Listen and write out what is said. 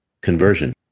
Conversion